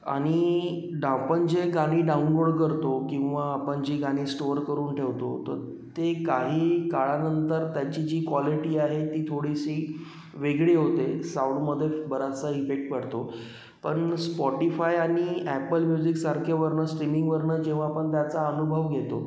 आणि डा आपण जे गाणी डाऊनलोड करतो किंवा आपण जी गाणी स्टोअर करून ठेवतो तर ते काही काळानंतर त्यांची जी क्वालिटी आहे ती थोडीशी वेगळी होते साउंडमध्ये बराचसा इफेक्ट पडतो पण स्पॉटिफाय आणि ॲपल म्युझिकसारख्या वरनं स्ट्रीमींगवरनं जेव्हा पण त्याचा अनुभव घेतो